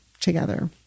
together